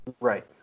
Right